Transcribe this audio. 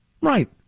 Right